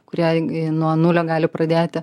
kurie g nuo nulio gali pradėti